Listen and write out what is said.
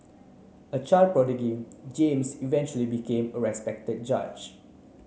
a child James eventually became a respected judge